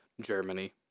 Germany